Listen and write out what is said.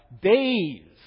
days